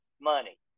money